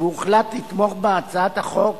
והוחלט לתמוך בהצעת החוק